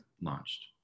launched